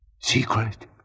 Secret